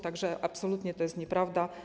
Tak że absolutnie to jest nieprawda.